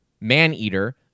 Maneater